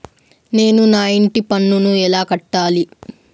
నేను నా ఇంటి పన్నును ఎలా కట్టాలి?